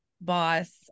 boss